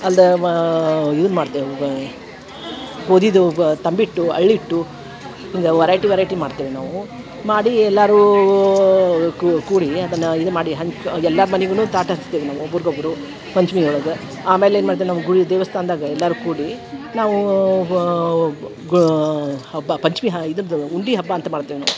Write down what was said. ಅಲ್ಲದೆ ಮಾ ಇವ್ನ ಮಾಡ್ತೇವೆ ಗೋಧಿದು ತಂಬಿಟ್ಟು ಅಳ್ಳಿಟ್ಟು ವರೈಟಿ ವರೈಟಿ ಮಾಡ್ತೇವೆ ನಾವು ಮಾಡಿ ಎಲ್ಲರೂ ಕೂಡಿ ಅದನ್ನು ಇದು ಮಾಡಿ ಹಂಚಿ ಎಲ್ಲರ ಮನಿಗೂ ತಾಟು ಹಂಚ್ತೀವಿ ನಾವು ಒಬ್ರಿಗೊಬ್ರು ಪಂಚಮಿ ಒಳಗೆ ಆಮೇಲೆ ಏನು ಮಾಡ್ತೇವೆ ನಾವು ಗುಡಿ ದೇವಸ್ಥಾನದಾಗ ಎಲ್ಲರೂ ಕೂಡಿ ನಾವು ಹಬ್ಬ ಪಂಚಮಿ ಇದ್ರದ್ದು ಉಂಡೆ ಹಬ್ಬ ಅಂತ ಮಾಡ್ತೇವೆ ನಾವು